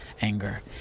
anger